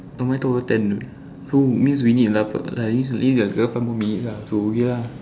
oh mine two o ten so means we need another like means five more minutes lah so ya lah